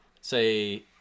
say